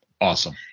Awesome